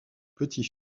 petit